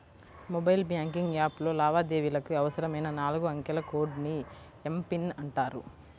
mobile banking యాప్లో లావాదేవీలకు అవసరమైన నాలుగు అంకెల కోడ్ ని ఎమ్.పిన్ అంటారు